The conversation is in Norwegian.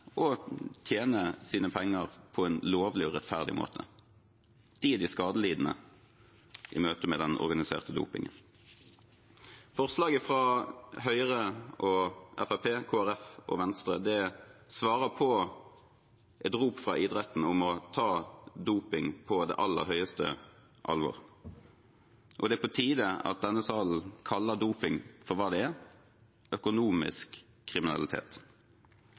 og tjene sine penger på en lovlig og rettferdig måte. De er de skadelidende i møte med den organiserte dopingen. Representantforslaget fra Høyre, Fremskrittspartiet, Kristelig Folkeparti og Venstre svarer på et rop fra idretten om å ta doping på det aller høyeste alvor. Det er på tide at denne salen kaller doping for hva det er: økonomisk kriminalitet.